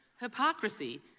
Hypocrisy